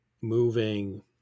moving